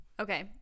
Okay